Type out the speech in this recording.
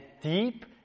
deep